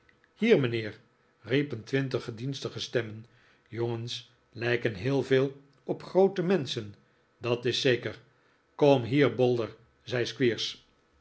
hier mijnheer riepen twintig gedienstige stemmen jongens lijken heel veel op groote menschen dat is zeker kom hier bolder zei